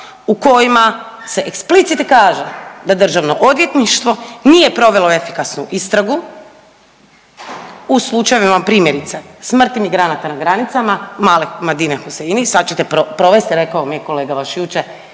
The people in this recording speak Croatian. u kojima se ekspliciti kaže da državno odvjetništvo nije provelo efikasnu istragu u slučajevima primjerice smrti migranata na granicama, male Madine Huseini, sad ćete provesti rekao mi je kolega vaš jučer